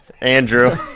Andrew